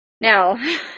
Now